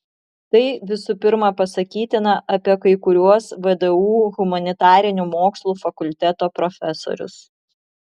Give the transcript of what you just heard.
tai visų pirma pasakytina apie kai kuriuos vdu humanitarinių mokslų fakulteto profesorius